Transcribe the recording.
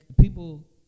people